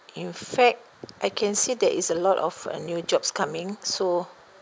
in fact I can see there is a lot of uh new jobs coming so